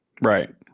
Right